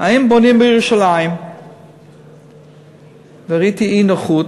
האם בונים בירושלים וראיתי אי-נוחות.